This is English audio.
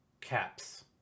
Caps